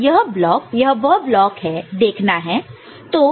तो यह वह ब्लॉक है देखना है